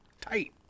tight